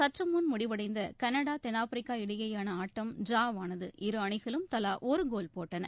சற்றுமுன் முடிவடைந்தகனடா தென்ஆப்பிரிக்கா இடையேயானஆட்டம் டிராவானது இருஅணிகளும் தலாஒருகோல் போட்டன